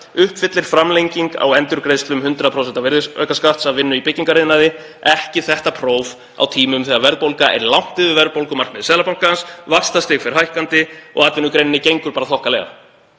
uppfyllir framlenging á endurgreiðslu um 100% virðisaukaskatts af vinnu í byggingariðnaði ekki þetta próf á tímum þegar verðbólga er langt yfir verðbólgumarkmiði Seðlabankans, vaxtastig fer hækkandi og atvinnugreininni gengur bara þokkalega.